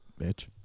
bitch